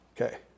Okay